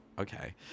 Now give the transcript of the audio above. okay